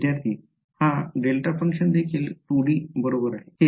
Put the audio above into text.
विद्यार्थीः हा delta function देखील 2 डी बरोबर आहे